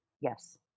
Yes